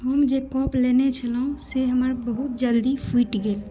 हम जे कप लेने छलहुँ से हमर बहुत जल्दी फुटि गेल